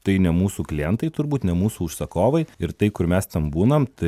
tai ne mūsų klientai turbūt ne mūsų užsakovai ir tai kur mes ten būnam tai